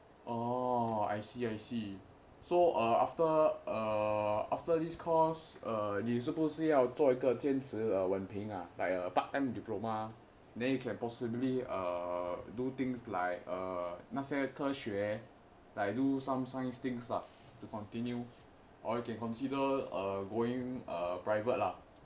orh I see I see so uh after err after this course 你是不是要做一个坚持文凭 like a part time diploma then you can possibly err do things like err 那些科学 like you do some science things lah to continue or you can consider uh going private lah